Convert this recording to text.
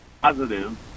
positive